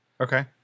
Okay